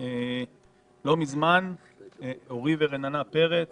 לא מזמן אורי ורננה פרץ